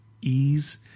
ease